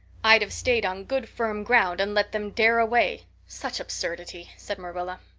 i'd have stayed on good firm ground and let them dare away. such absurdity! said marilla.